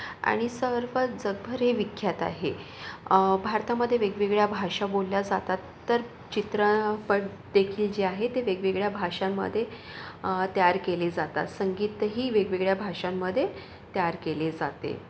आणि सरपद जगभर विख्यात आहे भारतामध्ये वेगवेगळ्या भाषा बोलल्या जातात तर चित्रपटदेखील जे आहे ते वेगवेगळ्या भाषांमध्ये तयार केले जातात संगीतही वेगवेगळ्या भाषांमध्ये तयार केले जाते